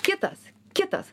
kitas kitas